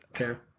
Okay